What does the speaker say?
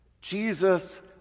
Jesus